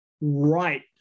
right